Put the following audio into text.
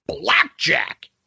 Blackjack